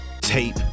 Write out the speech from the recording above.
tape